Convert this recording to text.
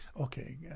okay